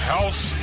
House